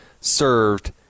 served